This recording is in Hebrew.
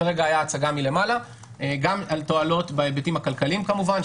זה היה רגע הצגה מלמעלה גם תועלות בהיבטים הכלכליים כמובן,